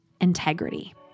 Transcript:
integrity